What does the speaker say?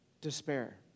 Despair